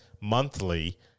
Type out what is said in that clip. monthly